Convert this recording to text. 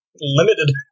limited